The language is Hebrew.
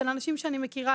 של אנשים שאני מכירה,